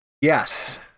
Yes